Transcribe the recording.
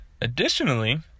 Additionally